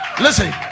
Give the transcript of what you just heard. Listen